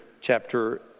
chapter